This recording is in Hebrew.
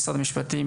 משרד המשפטים,